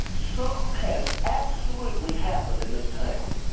so has absolutely happened in this town.